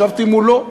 ישבתי מולו,